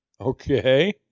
Okay